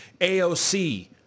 AOC